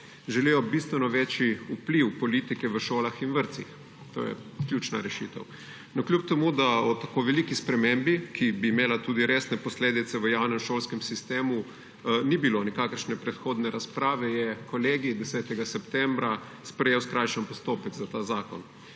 Želijo bistveno večji vpliv politike v šolah in vrtcih. To je ključna rešitev. Navkljub temu da po veliki spremembi, ki bi imela tudi resne posledice v javnem šolskem sistemu, ni bilo nikakršne predhodne razprave, je Kolegij 10. septembra sprejel skrajšan postopek za ta zakon.